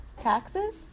Taxes